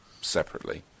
separately